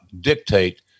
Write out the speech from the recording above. dictate